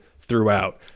throughout